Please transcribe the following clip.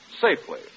safely